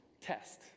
test